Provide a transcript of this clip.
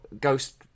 Ghost